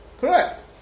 Correct